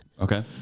Okay